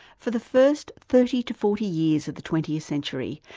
for the first thirty to forty years of the twentieth century,